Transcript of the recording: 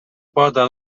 pota